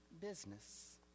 business